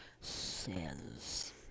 says